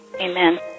amen